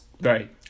right